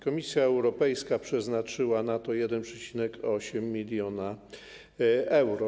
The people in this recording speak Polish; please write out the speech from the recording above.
Komisja Europejska przeznaczyła na to 1,8 mln euro.